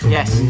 Yes